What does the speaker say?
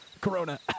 Corona